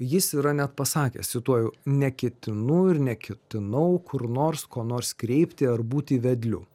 jis yra net pasakęs cituoju neketinu ir neketinau kur nors ko nors kreipti ar būti vedliu